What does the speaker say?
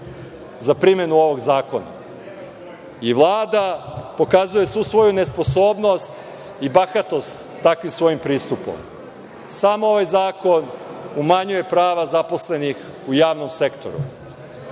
za primenu ovog zakona. Vlada pokazuje svu svoju nesposobnost i bahatost takvim svojim pristupom. Samo ovaj zakon umanjuje prava zaposlenih u javnom sektoru.